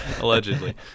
Allegedly